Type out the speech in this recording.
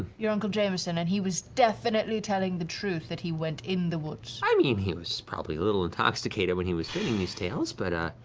your uncle jameson, and he was definitely telling the truth that he went in the woods? matt i mean he was probably a little intoxicated when he was spinning these tales, but